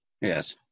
Yes